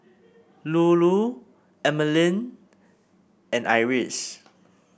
Lulu Emeline and Iris